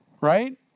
right